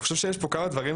אני חושב שעלו פה כמה דברים,